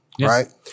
right